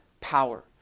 power